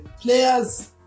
players